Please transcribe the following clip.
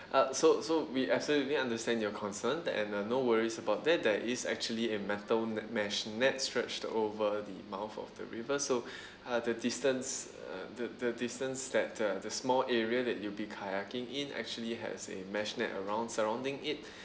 uh so so we absolutely understand your concern that and uh no worries about that there is actually a metal mesh nets stretched over the mouth of the river so uh the distance uh the the distance that the the small area that you'll be kayaking in actually has a mesh net around surrounding it